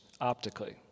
optically